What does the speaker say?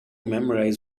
memorize